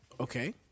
Okay